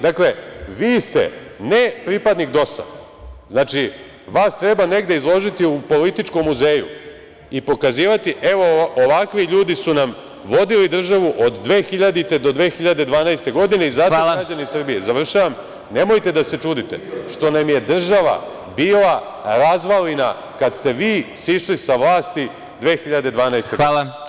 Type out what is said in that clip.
Dakle, vi ste ne pripadnik DOS-a, znači vas treba negde izložiti u političkom muzeju i pokazivati – evo, ovakvi ljudi su nam vodili državu od 2000. do 2012. godine i zato građani Srbije, nemojte da se čudite što nam je država bila razvalina kad ste vi sišli sa vlasti 2012. godine.